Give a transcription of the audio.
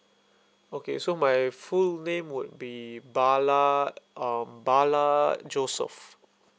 okay so my full name would be bala um bala joseph